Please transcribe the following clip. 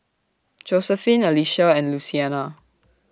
Josephine Alicia and Luciana